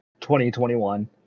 2021